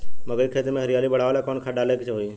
मकई के खेती में हरियाली बढ़ावेला कवन खाद डाले के होई?